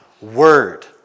word